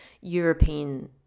European